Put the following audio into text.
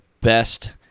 best